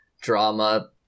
drama